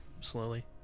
slowly